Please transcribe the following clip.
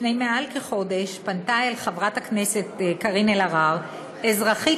לפני מעל חודש פנתה אל חברת הכנסת קארין אלהרר אזרחית